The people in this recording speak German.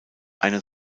eine